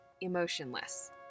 emotionless